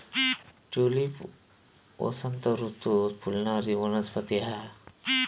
tulip वसंत ऋतूत फुलणारी वनस्पती हा